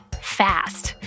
fast